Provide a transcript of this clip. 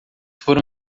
foram